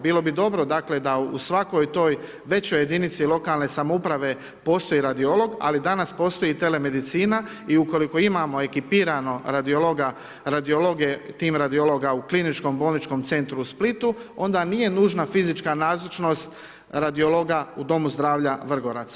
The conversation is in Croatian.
Bilo bi dobro, dakle, da u svakoj toj većoj jedinici lokalne samouprave postoji radiolog, ali danas postoji i telemedicina i ukoliko imamo ekipirano radiologe tim radiologa u kliničkom bolničkom centru u Splitu, onda nije nužna fizička nazočnost radiologa u domu zdravlja Vrgorac.